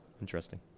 Interesting